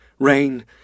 Rain